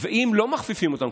ואם לא מכפיפים אותן,